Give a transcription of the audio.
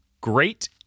great